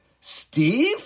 Steve